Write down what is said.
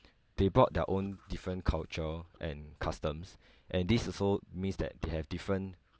they brought their own different culture and customs and this also means that they have different